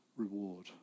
reward